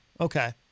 Okay